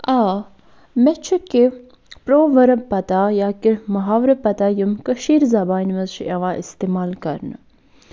آ مےٚ چھُ کیٚنہہ پرٛوؤرٕب پَتہ یا کیٚنہہ محاورٕ پَتہ یِم کٔشیٖر زَبانہِ منٛز چھِ یِوان اِستعمال کرنہٕ